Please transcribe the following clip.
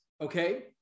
okay